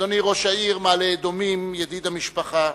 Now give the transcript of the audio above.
אדוני ראש העיר מעלה-אדומים, ידיד המשפחה,